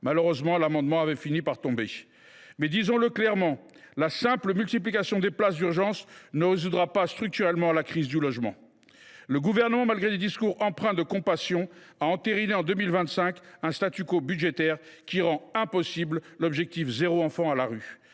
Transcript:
Malheureusement, cet amendement avait finalement été supprimé. Mais, disons le clairement, la simple multiplication des places d’urgence ne résoudra pas structurellement la crise du logement. Le Gouvernement, malgré des discours empreints de compassion, a entériné en 2025 un budgétaire qui rend impossible l’objectif « zéro enfant à la rue